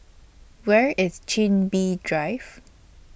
Where IS Chin Bee Drive